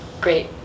great